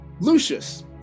Lucius